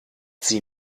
sie